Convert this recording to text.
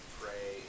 pray